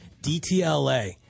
DTLA